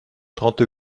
trente